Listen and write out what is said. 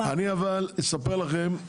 אני אספר לכם,